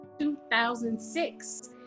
2006